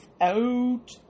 out